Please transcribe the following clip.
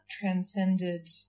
transcended